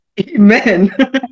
Amen